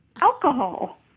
alcohol